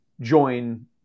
join